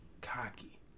cocky